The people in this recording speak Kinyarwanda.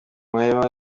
mahema